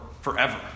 forever